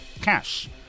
cash